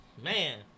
man